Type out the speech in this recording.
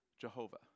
Jehovah